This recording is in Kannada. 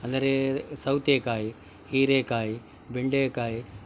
ಅಂದರೆ ಸೌತೆಕಾಯಿ ಹೀರೇಕಾಯಿ ಬೆಂಡೆಕಾಯಿ